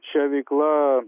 šia veikla